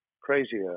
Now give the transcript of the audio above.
crazier